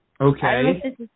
Okay